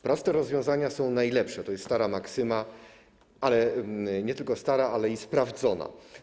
Proste rozwiązania są najlepsze, to jest stara maksyma - nie tylko stara, ale i sprawdzona.